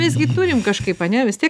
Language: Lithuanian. visgi turim kažkaip ane vis tiek